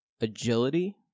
agility